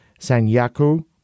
Sanyaku